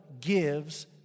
gives